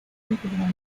integral